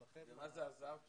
במה זה עזר?